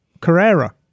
Carrera